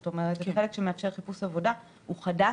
החלק שמאפשר לחפש עבודה הוא חדש,